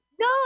no